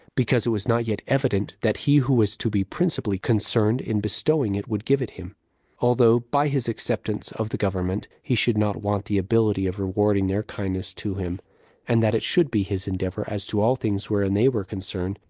because it was not yet evident that he who was to be principally concerned in bestowing it would give it him although, by his acceptance of the government, he should not want the ability of rewarding their kindness to him and that it should be his endeavor, as to all things wherein they were concerned,